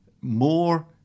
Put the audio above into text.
more